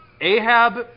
Ahab